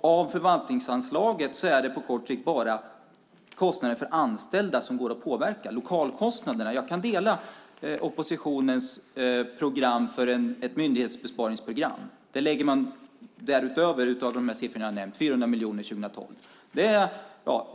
Av förvaltningsanslaget är det på kort sikt bara kostnader för anställda som går att påverka. Jag kan dela oppositionens förslag om ett myndighetsbesparingsprogram där man utöver de siffrorna jag nämnt lägger 400 miljoner 2012. Det är